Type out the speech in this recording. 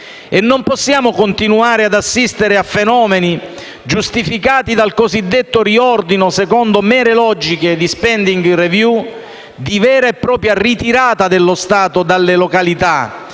e non possiamo continuare ad assistere a fenomeni, giustificati dal cosiddetto riordino secondo mere logiche di *spending review*, di vera e propria ritirata dello Stato dalle località